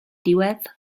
diwedd